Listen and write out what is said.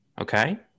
okay